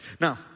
Now